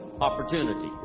opportunity